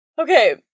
Okay